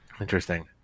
Interesting